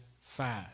five